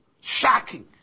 shocking